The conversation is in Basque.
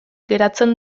geratzen